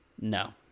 No